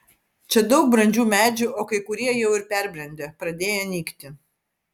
čia daug brandžių medžių o kai kurie jau ir perbrendę pradėję nykti